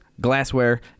glassware